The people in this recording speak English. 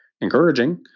encouraging